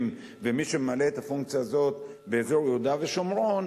ומי שממלא את הפונקציה הזאת באזור יהודה ושומרון,